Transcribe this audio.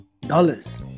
Dollars